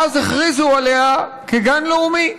ואז הכריזו עליה כגן לאומי.